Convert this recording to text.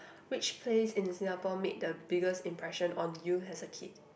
which place in Singapore made the biggest impression on you as a kid